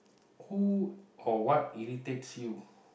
who or what irritates you